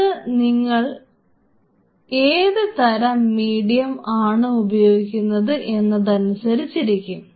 അത് നിങ്ങൾ ഏത് തരം മീഡിയം ആണ് ഉപയോഗിക്കുന്നത് എന്നതിനനുസരിച്ചിരിക്കും